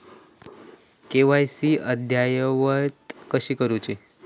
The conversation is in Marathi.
के.वाय.सी अद्ययावत कशी करुची?